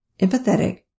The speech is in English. empathetic